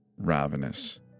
ravenous